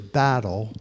battle